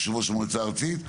יושב ראש המועצה הארצית,